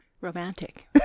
romantic